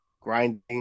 grinding